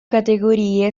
categorie